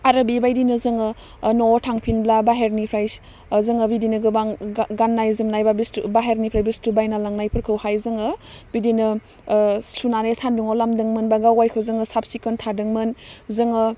आरो बेबायदिनो जोङो ओह न'आव थांफिनब्ला बाहेरनिफ्राय ओह जोङो बिदिनो गोबां गा गान्नाय जोमनाय बा बस्थु बाहेरनिफ्राय बस्थु बायना लांनायफोरखौहाय जोङो बिदिनो ओह सुनानै सानदुङाव लामदोंमोन बा गाव गायखौ जोङो साब सिखोन थादोंमोन जोङो